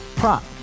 prop